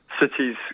cities